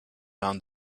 down